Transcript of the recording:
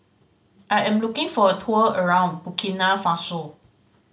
I am looking for a tour around Burkina Faso